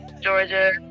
Georgia